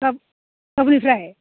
गाबोननिफ्राय